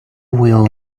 will